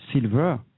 silver